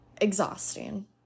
exhausting